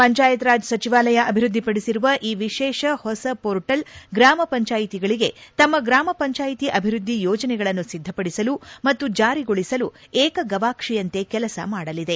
ಪಂಜಾಯತ್ ರಾಜ್ ಸಚಿವಾಲಯ ಅಭಿವೃದ್ಧಿಪಡಿಸಿರುವ ಈ ವಿಶೇಷ ಹೊಸ ಪೋರ್ಟಲ್ ಗ್ರಾಮ ಪಂಜಾಯಿತಿಗಳಿಗೆ ತಮ್ಮ ಗ್ರಾಮ ಪಂಜಾಯಿತಿ ಅಭಿವ್ವದ್ದಿ ಯೋಜನೆಗಳನ್ನು ಸಿದ್ದಪಡಿಸಲು ಮತ್ತು ಜಾರಿಗೊಳಿಸಲು ಏಕ ಗವಾಕ್ಷಿಯಂತೆ ಕೆಲಸ ಮಾಡಲಿದೆ